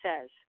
says